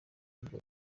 urwo